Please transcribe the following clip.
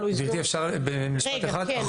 גברתי, אפשר במשפט אחד?